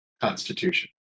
constitution